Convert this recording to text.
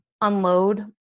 unload